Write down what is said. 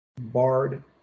barred